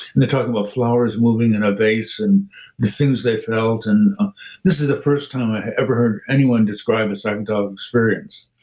talking about flowers moving in a vase and the things they felt. and this is the first time i ever heard anyone describe a psychedelic experience.